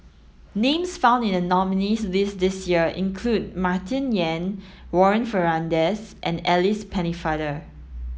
names found in the nominees' list this year include Martin Yan Warren Fernandez and Alice Pennefather